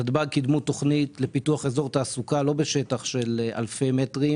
נתב"ג קידמו תוכנית לפיתוח אזור תעסוקה לא בשטח של אלפי מטרים